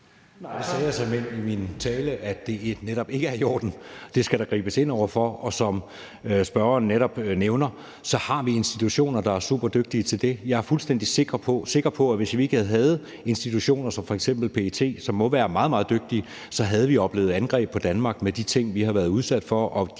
Nej, jeg sagde såmænd i min tale, at det netop ikke er i orden, og at der skal gribes ind over for det. Og som spørgeren netop nævner, har vi institutioner, der er superdygtige til det. Jeg er fuldstændig sikker på, at hvis ikke vi havde institutioner som f.eks. PET, som må være meget, meget dygtige, havde vi oplevet angreb på Danmark med de ting, vi har været udsat for, og de